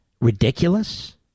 ridiculous